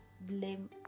blame